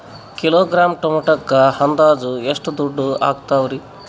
Kilogram ಟೊಮೆಟೊಕ್ಕ ಅಂದಾಜ್ ಎಷ್ಟ ದುಡ್ಡ ಅಗತವರಿ?